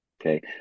Okay